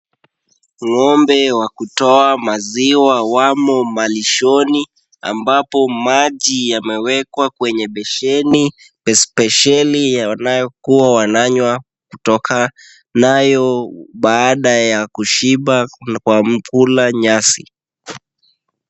Ng'ombe wa kutoa maziwa wamo malishoni, ambapo maji yamewekwa kwenye besheni spesheli yanayokuwa wananywa kutoka nayo baada ya kushiba kwa kula nyasi.